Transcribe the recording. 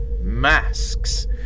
masks